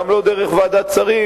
גם לא דרך ועדת שרים,